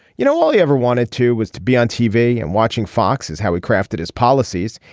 you know all you ever wanted to was to be on tv and watching fox is how he crafted his policies.